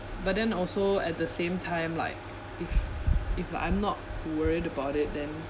but then also at the same time like if if I'm not worried about it then